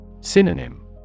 Synonym